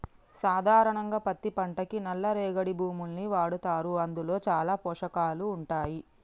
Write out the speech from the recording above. సాధారణంగా పత్తి పంటకి నల్ల రేగడి భూముల్ని వాడతారు అందులో చాలా పోషకాలు ఉంటాయి